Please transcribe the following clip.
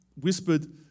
whispered